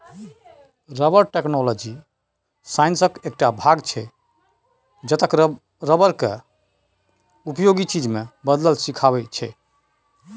rubber technology साइंसक एकटा भाग छै जतय रबर केँ उपयोगी चीज मे बदलब सीखाबै छै